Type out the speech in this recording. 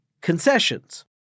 concessions